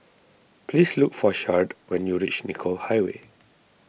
please look for Sharde when you reach Nicoll Highway